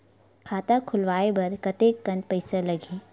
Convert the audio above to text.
खाता खुलवाय बर कतेकन पईसा लगही?